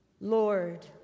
Lord